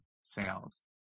Sales